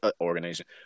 organization